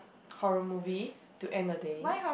horror movie to end the day